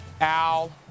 Al